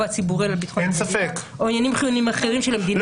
הציבורי על ביטחון המדינה או עניינים חיוניים אחרים שלמדינה.